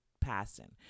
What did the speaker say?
passing